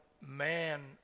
Man